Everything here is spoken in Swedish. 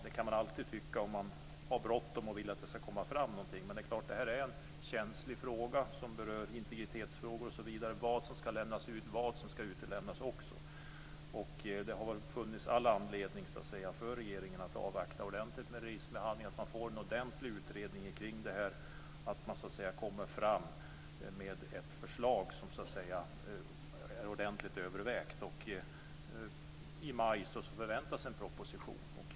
Det kan man alltid tycka om man har bråttom och vill att det ska komma fram någonting. Men detta är ett känsligt område som berör integritetsfrågor, vad som ska lämnas ut och vad som ska utelämnas. Det har funnits all anledning för regeringen att avvakta med remissbehandlingen så att man får en grundlig genomgång av detta och kan lägga fram ett förslag som är ordentligt övervägt. I maj förväntas en proposition.